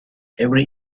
every